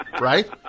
Right